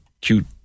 cute